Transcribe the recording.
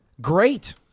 Great